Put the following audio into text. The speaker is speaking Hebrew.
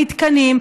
במתקנים,